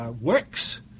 Works